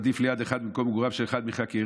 עדיף ליד אחד במקום מגוריו של אחד בחקירה.